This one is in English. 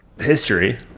history